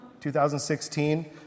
2016